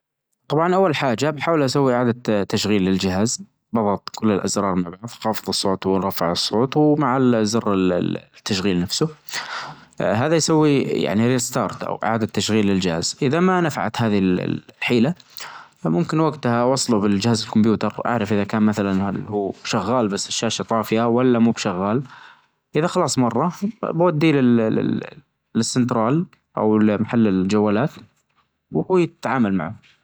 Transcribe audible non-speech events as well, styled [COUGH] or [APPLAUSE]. طبعا اول حاجة بحاول اسوي اعادة تشغيل للجهاز بضغط كل الازرار مع بعض خافظ الصوت و رافع الصوت ومع [HESITATION] زر التشغيل نفسه هذا يسوي يعني ريستارت او اعادة تشغيل للجهاز اذا ما نفعت هذي الحيلة فممكن وجتها وصله بالجهاز الكمبيوتر اعرف اذا كان مثلا هل هو شغال بس الشاشة طافية ولا مو بشغال? اذا خلاص مرة بوديه للسنترال او لمحل الجوالات وهو يتعامل معه.